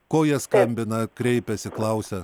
ko jie skambina kreipiasi klausia